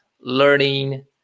learning